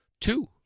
two